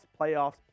playoffs